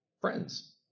friends